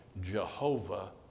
Jehovah